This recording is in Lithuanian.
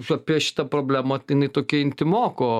apie šitą problemą tai jinai tokia intymoko